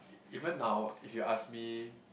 even now if you ask me